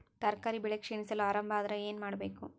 ತರಕಾರಿ ಬೆಳಿ ಕ್ಷೀಣಿಸಲು ಆರಂಭ ಆದ್ರ ಏನ ಮಾಡಬೇಕು?